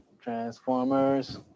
transformers